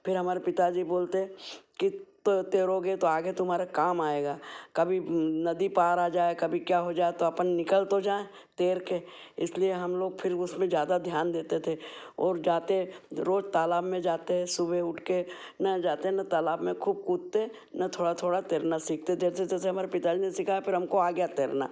फिर हमारे पिताजी बोलते कि तैरते रहोगे तो आगे तुम्हारे काम आएगा कभी नदी पार आ जाए कभी क्या हो जाए तो अपन निकल तो जाएँ तैर के इसलिए हम लोग फिर उसमें ज़्यादा ध्यान देते थे और जाते रोज तालाब में जाते सुबह उठ के ना जाते ना तलाब में खूब कूदते ना थोड़ा थोड़ा तैरना सिखते जैसे जैसे हमारे पिताजी ने सिखाया फिर हमको आ गया तैरना